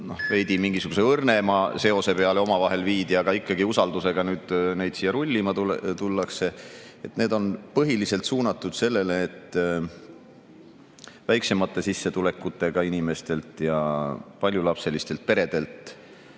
veidi mingisuguse õrnema seose peale omavahel viidi, aga ikkagi usaldusega neid siia rullima tullakse. Need on põhiliselt suunatud sellele, et väiksemate sissetulekutega inimestelt ja paljulapselistelt peredelt